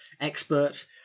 expert